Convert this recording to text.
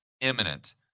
imminent